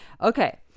Okay